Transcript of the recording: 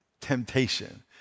temptation